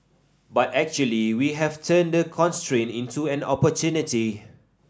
but actually we have turned the constraint into an opportunity